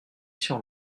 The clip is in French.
sur